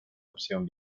opción